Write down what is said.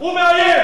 הוא מאיים.